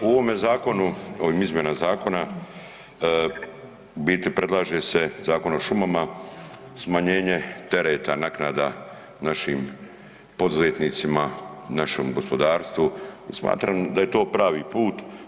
U ovome zakonu, u ovim izmjenama zakona, u biti predlaže se Zakon o šumama, smanjenje tereta, naknada našim poduzetnicima, našem gospodarstvu i smatram da je to pravi put.